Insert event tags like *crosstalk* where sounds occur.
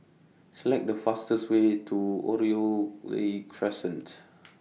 Select The fastest Way to Oriole Crescents *noise*